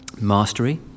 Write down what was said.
mastery